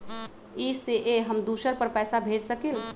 इ सेऐ हम दुसर पर पैसा भेज सकील?